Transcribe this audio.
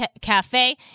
Cafe